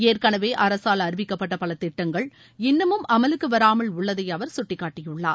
ஏற்களவே அரசால் அறிவிக்கப்பட்ட பல திட்டங்கள் இன்னமும் அமலுக்கு வராமல் உள்ளதை அவர் சுட்டிக்காட்டியுள்ளார்